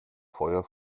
feuer